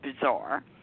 bizarre